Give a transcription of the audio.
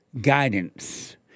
guidance